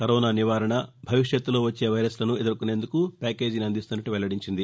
corona నివారణ భవిష్యత్తులో వచ్చే వైరస్లను ఎదుర్కొనేందుకు ప్యాకేజీని అందిస్తున్నట్ల వెల్లడించింది